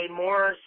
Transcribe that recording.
more